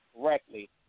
correctly